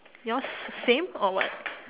yours the same or what